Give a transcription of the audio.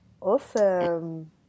Awesome